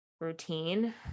routine